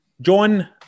John